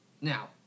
Now